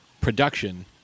production